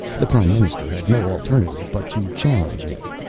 the prime minister had no alternative but to challenge him.